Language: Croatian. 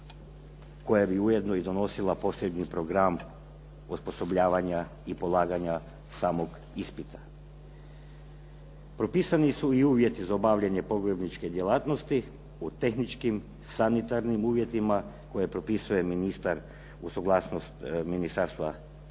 koja bi ujedno i donosila posebni program osposobljavanja i polaganja samog ispita. Propisani su i uvjeti za obavljanje pogrebničke djelatnosti u tehničkim sanitarnim uvjetima koje propisuje ministar uz suglasnost Ministarstva